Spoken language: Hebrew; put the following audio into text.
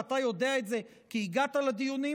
ואתה יודע את זה כי הגעת לדיונים,